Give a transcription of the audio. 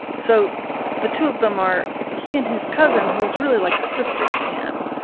so the two of them are he and his cousin, who is really like a sister to him.